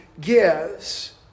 gives